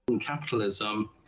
capitalism